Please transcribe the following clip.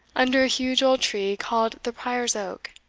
under a huge old tree called the prior's oak,